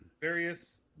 Various